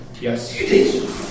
Yes